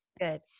Good